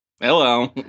Hello